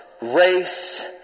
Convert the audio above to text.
race